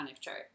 chart